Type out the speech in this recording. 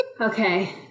Okay